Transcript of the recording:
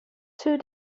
two